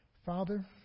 Father